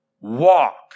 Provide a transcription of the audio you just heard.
walk